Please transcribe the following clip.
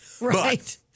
right